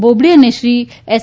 બોબડે અને શ્રી એસ